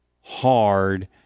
hard